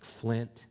flint